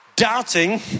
Doubting